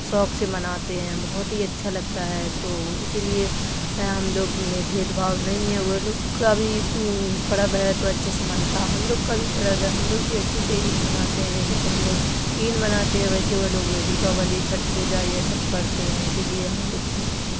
شوق سے مناتے ہیں بہت ہی اچھا لگتا ہے تو اسی لیے ہم لوگ میں بھید بھاؤ نہیں ہے وہ لوگ کا بھی پرب ہے تو اچھے سے منتا ہے ہم لوگ کا بھی پرب ہے ہم لوگ بھی اچھے سے عید مناتے ہیں جیسے کہ ہم لوگ عید مناتے ہیں ویسے وہ لوگ دیپاولی چھٹ پوجا یہ سب کرتے ہیں اسی لیے ہم لوگ